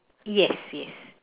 yes yes